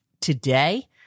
Today